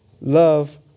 love